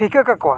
ᱴᱷᱤᱠᱟᱹ ᱠᱟᱠᱚᱣᱟ